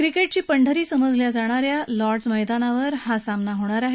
क्रिकेटची पंढरी समजल्या जाणाऱ्या लॉर्ड्स मैदानावर हा सामना होणार आहे